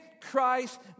Christ